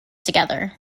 together